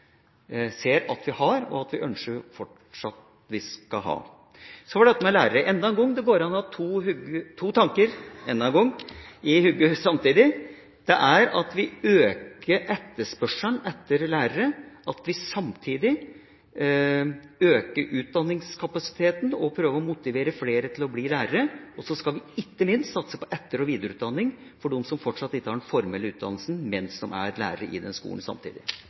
ser at vi har, og fortsatt ønsker at vi skal ha. Så var det dette med lærere enda en gang: Det går an å ha to tanker i hodet samtidig. Vi øker etterspørselen etter lærere, samtidig som vi øker utdanningskapasiteten og prøver å motivere flere til å bli lærere. Vi skal ikke minst satse på etter- og videreutdanning for dem som fortsatt ikke har den formelle utdannelsen mens de samtidig er lærere i skolen.